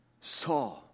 saw